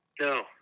No